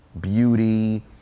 beauty